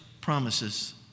promises